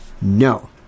No